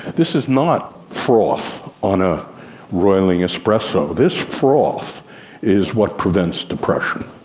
this is not froth on a roiling espresso. this froth is what prevents depression.